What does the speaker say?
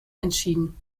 entschieden